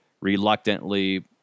reluctantly